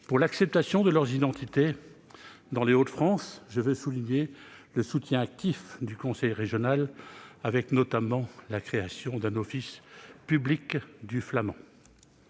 pour l'acceptation de leurs identités. Dans les Hauts-de-France, je veux souligner le soutien actif du conseil régional, avec, notamment, la création d'un office public du flamand